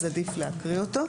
אז עדיף להקריא אותו.